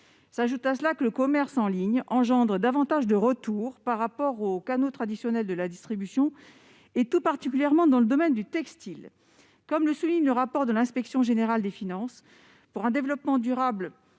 s'ajoute le fait que le commerce en ligne engendre davantage de retours par rapport aux canaux traditionnels de la distribution, tout particulièrement dans le domaine du textile. Comme le souligne le rapport de l'inspection générale des finances, publié en février